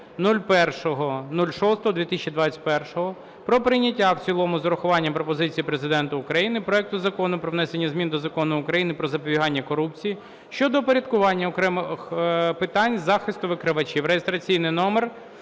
01.06.2021 про прийняття в цілому з урахуванням пропозицій Президента України проекту Закону про внесення змін до Закону України "Про запобігання корупції" щодо упорядкування окремих питань захисту викривачів